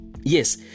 Yes